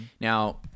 Now